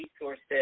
resources